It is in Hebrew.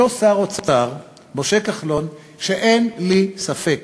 אותו שר אוצר, משה כחלון, שאין לי ספק